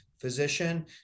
physician